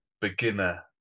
beginner